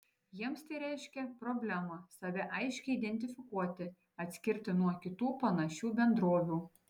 jiems tai reiškia problemą save aiškiai identifikuoti atskirti nuo kitų panašių bendrovių